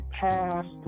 past